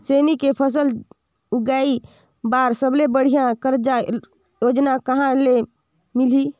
सेमी के फसल उगाई बार सबले बढ़िया कर्जा योजना कहा ले मिलही?